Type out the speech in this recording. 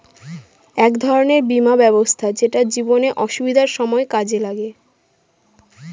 এক ধরনের বীমা ব্যবস্থা যেটা জীবনে অসুবিধার সময় কাজে লাগে